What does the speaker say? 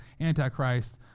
Antichrist